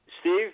Steve